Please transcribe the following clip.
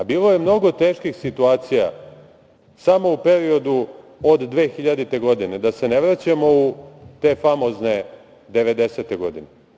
Bilo je mnogo teških situacija samo u periodu od 2000. godine, da se ne vraćamo u te famozne devedeset godine.